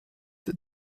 that